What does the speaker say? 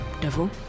devil